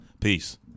Peace